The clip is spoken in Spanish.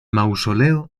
mausoleo